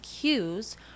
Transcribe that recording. cues